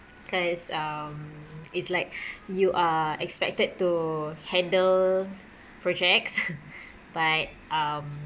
cause um it's like you are expected to handle projects but um